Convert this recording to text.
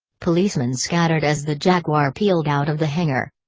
policemen scattered as the jaguar peeled out of the hangar.